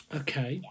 okay